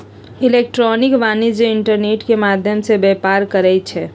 electronic वाणिज्य internet के माध्यम से व्यापार करइ छै